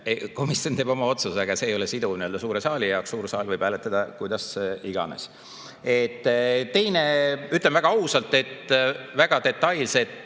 Komisjon teeb oma otsuse, aga see ei ole siduv suure saali jaoks, suur saal võib hääletada kuidas iganes. Teiseks, ütlen väga ausalt, et väga detailset